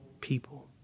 people